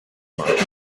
mark